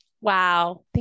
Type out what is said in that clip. Wow